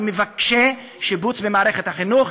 מבקשי שיבוץ במערכת החינוך,